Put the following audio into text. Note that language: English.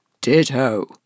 Ditto